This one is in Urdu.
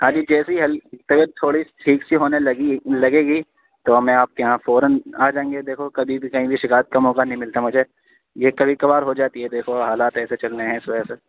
ہاں جی کیسی ہے ہل طبیعت تھوڑی ٹھیک سی ہونے لگی لگے گی تو میں آپ کے یہاں فوراً آ جائیں گے دیکھو کبھی بھی کہیں بھی شکایت کا موقع نہیں ملتا مجھے یہ کبھی کبھار ہو جاتی ہے دیکھو حالات ایسے چل رہے ہیں اس وجہ سے